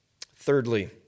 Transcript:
Thirdly